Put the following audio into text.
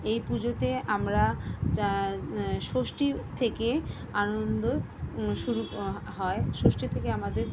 এই পুজোতে আমরা যা ষষ্ঠী থেকে আনন্দ শুরু হয় ষষ্ঠী থেকে আমাদের